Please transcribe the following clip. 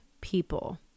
people